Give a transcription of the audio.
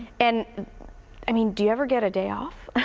and i mean do you ever get a day off?